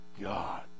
God